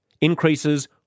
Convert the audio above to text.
increases